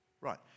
Right